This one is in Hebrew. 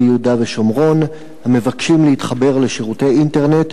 יהודה ושומרון המבקשים להתחבר לשירותי אינטרנט,